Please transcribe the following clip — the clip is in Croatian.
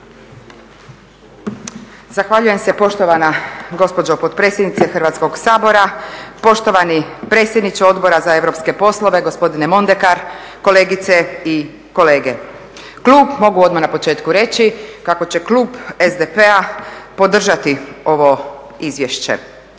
Zahvaljujem se poštovana gospođo potpredsjednice Hrvatskoga sabora, poštovani predsjedniče Odbora za europske poslove, gospodine Mondekar, kolegice i kolege. Klub, mogu odmah na početku reći, kako će klub SDP-a podržati ovo izvješće.